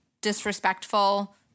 disrespectful